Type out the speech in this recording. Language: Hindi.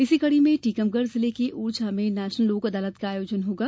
इसी कड़ी में टीकमगढ जिले के ओरछा में नेशनल लोक अदालत का आयोजन होगा